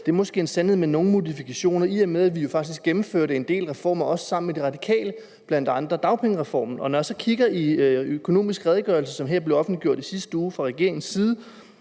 Det er måske en sandhed med nogle modifikationer, i og med vi jo faktisk gennemførte en del reformer, også sammen med De Radikale, bl.a. dagpengereformen. Jeg har kigget i Økonomisk Redegørelse, som blev offentliggjort her i sidste uge fra regeringens side,